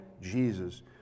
Jesus